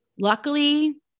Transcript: Luckily